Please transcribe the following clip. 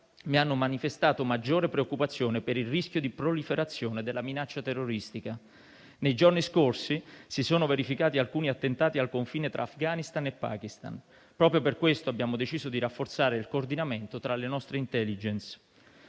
mi hanno manifestato maggior preoccupazione per il rischio di proliferazione della minaccia terroristica. Nei giorni scorsi si sono verificati alcuni attentati al confine tra Afghanistan e Pakistan. Proprio per questo abbiamo deciso di rafforzare il coordinamento tra le nostre *intelligence*.